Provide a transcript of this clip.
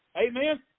Amen